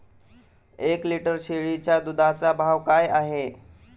एक लिटर शेळीच्या दुधाचा भाव काय आहे?